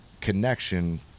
connection